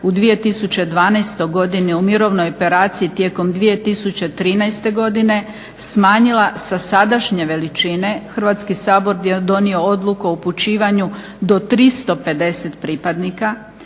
u 2012. godini u mirovnoj operaciji tijekom 2013. godine smanjila sa sadašnje veličine. Hrvatski sabor je donio odluku o upućivanju do 350 pripadnika,